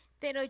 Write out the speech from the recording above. Pero